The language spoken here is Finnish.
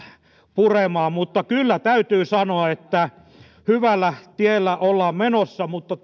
puremaan kyllä täytyy sanoa että hyvällä tiellä ollaan menossa mutta